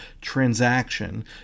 transaction